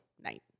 night